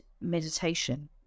meditation